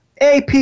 AP